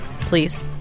Please